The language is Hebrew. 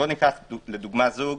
ניקח, למשל, זוג